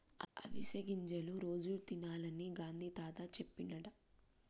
అవిసె గింజలు రోజు తినాలని గాంధీ తాత చెప్పిండట